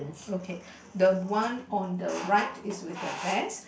okay the one on the right is with the vest